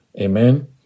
Amen